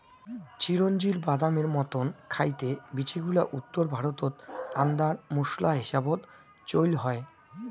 চিরোঞ্জির বাদামের মতন খাইতে বীচিগুলা উত্তর ভারতত আন্দার মোশলা হিসাবত চইল হয়